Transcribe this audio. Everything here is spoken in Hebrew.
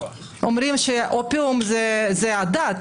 אומרים שאופיום זה דת,